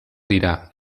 dira